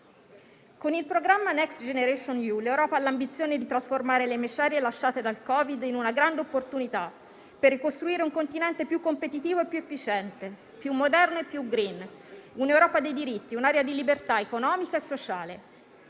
Con il programma Next generation EU l'Europa ha l'ambizione di trasformare le macerie lasciate dal Covid-19 in una grande opportunità, per ricostruire un continente più competitivo e più efficiente, più moderno e più *green*; un'Europa dei diritti, un'area di libertà economica e sociale.